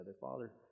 Father